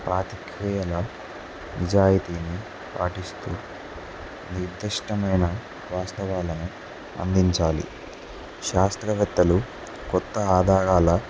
ప్రాతికీయల నిజాయితీని పాటిస్తూ నిర్దిష్టమైన వాస్తవాలను అందించాలి శాస్త్రవేత్తలు కొత్త ఆదాగాల